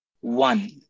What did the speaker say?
one